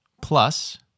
plus